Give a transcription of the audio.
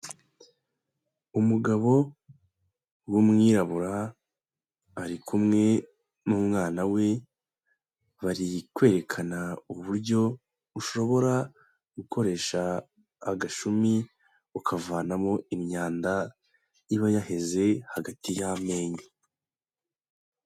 Umugabo w'umwirabura ari kumwe n'umwana we, bari kwerekana uburyo ushobora gukoresha agashumi ukavanamo imyanda iba yaheze hagati y'amenyo.